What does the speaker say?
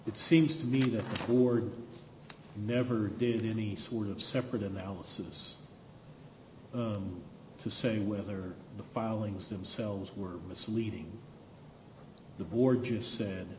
it seems to me that ward never did any sort of separate in the house is to say whether the filings themselves were misleading the board just said